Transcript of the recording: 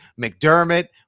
McDermott